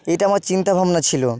তো এটা আমার চিন্তা ভাবনা ছিলো